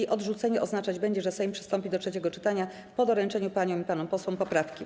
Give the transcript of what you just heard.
Jej odrzucenie oznaczać będzie, że Sejm przystąpi do trzeciego czytania po doręczeniu paniom i panom posłom poprawki.